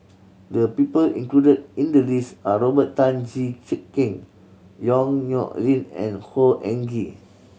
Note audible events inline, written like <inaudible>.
the people included in the list are Robert Tan Jee <unintelligible> Keng Yong Nyuk Lin and Khor Ean Ghee